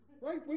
Right